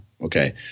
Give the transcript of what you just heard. Okay